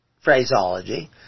phraseology